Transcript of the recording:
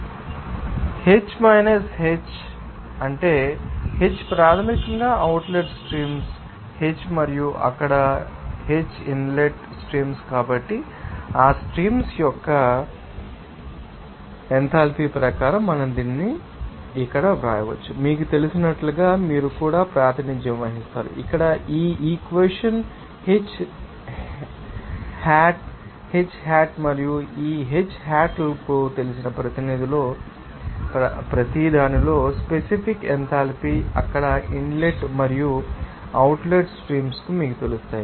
H3 minus H1 minus H2 అంటే H3 ప్రాథమికంగా outlet streams ు H1 మరియు H2 అక్కడ ఇన్లెట్ స్ట్రీమ్స్ ు కాబట్టి ఆ స్ట్రీమ్స్ యొక్క ఎంథాల్పీ ప్రకారం మనం దీనిని ఇక్కడ వ్రాయవచ్చు మీకు తెలిసినట్లుగా మీరు కూడా ప్రాతినిధ్యం వహిస్తారు ఇక్కడ ఈ equation H3 hat H1 hat మరియు ఈ H2 హెట్ లు మీకు తెలిసిన ప్రతిదానిలో స్పెసిఫిక్ ఎంథాల్పీ అక్కడ ఇన్లెట్ మరియు అవుట్లెట్ స్ట్రీమ్స్ ు మీకు తెలుసు